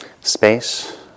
space